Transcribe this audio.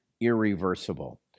irreversible